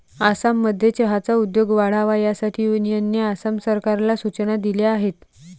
आसाममध्ये चहाचा उद्योग वाढावा यासाठी युनियनने आसाम सरकारला सूचना दिल्या आहेत